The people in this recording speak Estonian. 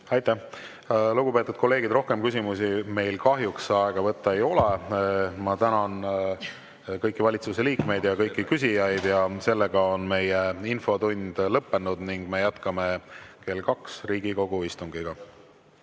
aeg! Lugupeetud kolleegid, rohkem küsimusi meil kahjuks aega võtta ei ole. Ma tänan kõiki valitsuse liikmeid ja kõiki küsijaid. Meie infotund on lõppenud ning me jätkame kell kaks Riigikogu istungiga.